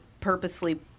purposefully